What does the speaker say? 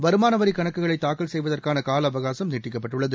வருமான வரி கணக்குகளை தாக்கல் செய்வதற்கான காலஅவகாசும் நீட்டிக்கப்பட்டுள்ளது